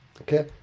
Okay